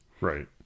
Right